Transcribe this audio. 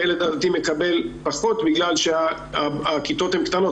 הילד הדתי מקבל פחות בגלל שהכיתות הן קטנות.